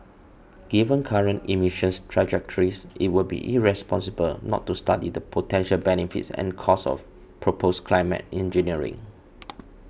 given current emissions trajectories it would be irresponsible not to study the potential benefits and costs of proposed climate engineering